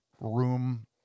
room